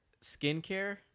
skincare